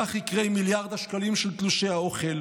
כך יקרה עם מיליארד השקלים של תלושי האוכל,